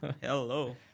Hello